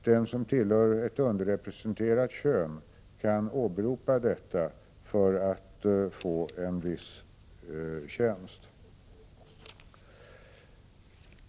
Den som tillhör ett underrepresenterat kön kan åberopa detta för att få en viss tjänst.